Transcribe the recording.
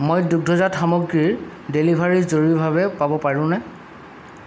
মই দুগ্ধজাত সামগ্ৰীৰ ডেলিভাৰী জৰুৰীভাৱে পাব পাৰোঁনে